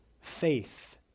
faith